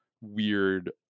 weird